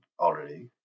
already